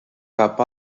cap